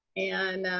and